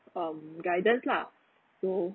um guidance lah so